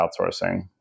outsourcing